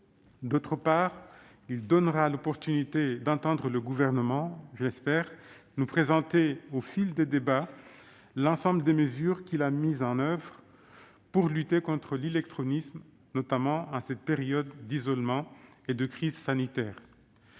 d'autre part, l'opportunité d'entendre le Gouvernement nous présenter, au fil des débats, l'ensemble des mesures qu'il a mises en oeuvre pour lutter contre l'illectronisme, notamment en cette période d'isolement et de crise sanitaire.